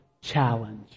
challenge